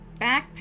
backpack